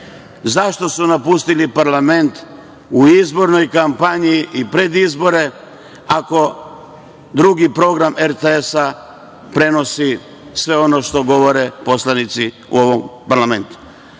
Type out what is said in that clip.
zašto su napustili parlament u izbornoj kampanji i pred izbore ako drugi program RTS-a prenosi sve ono što govore poslanici u ovom parlamentu.